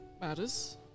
matters